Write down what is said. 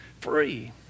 free